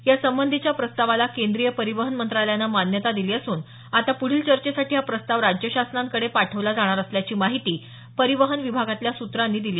यासंबंधीच्या प्रस्तावाला केंद्रीय परिवहन मंत्रालयानं मान्यता दिली असून आता पुढील चर्चेसाठी हा प्रस्ताव राज्य शासनांकडे पाठवला जाणार असल्याची माहिती परिवहन विभागातील सूत्रांनी काल दिली